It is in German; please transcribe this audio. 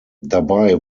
dabei